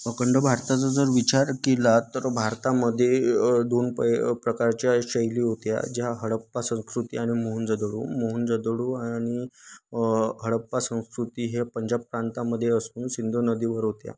अखंड भारताचा जर विचार केला तर भारतामध्ये दोन पय प्रकारच्या शैली होत्या ज्या हडप्पा संस्कृती आणि मोहन जोदडो मोहन जोदडो आणि हडप्पा संस्कृती हे पंजाब प्रांतामध्ये असून सिंधुनदीवर होत्या